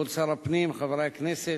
כבוד שר הפנים, חברי הכנסת,